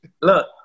Look